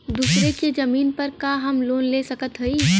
दूसरे के जमीन पर का हम लोन ले सकत हई?